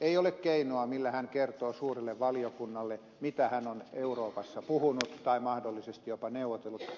ei ole keinoa millä hän kertoo suurelle valiokunnalle mitä hän on euroopassa puhunut tai mahdollisesti jopa neuvotellut